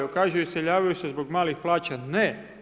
Kažu iseljavaju se zbog malih plaća, ne.